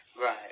Right